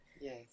yes